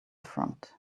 front